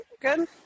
good